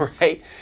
Right